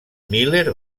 miller